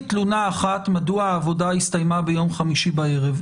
תלונה אחת מדוע העבודה הסתיימה ביום חמישי בערב.